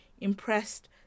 impressed